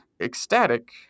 ecstatic